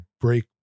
break